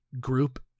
group